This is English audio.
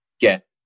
get